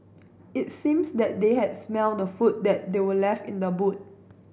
it seems that they had smelt the food that were left in the boot